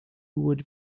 would